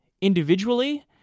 individually